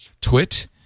Twit